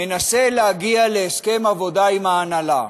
מנסה להגיע להסכם עבודה עם ההנהלה.